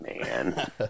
man